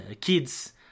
kids